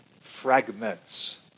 fragments